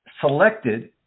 selected